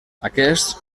aquests